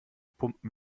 pumpen